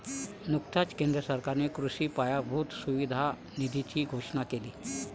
नुकताच केंद्र सरकारने कृषी पायाभूत सुविधा निधीची घोषणा केली